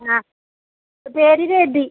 ആ പേര് രതി